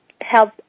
help